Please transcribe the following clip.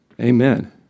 Amen